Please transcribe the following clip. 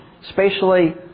spatially